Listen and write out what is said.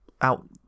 out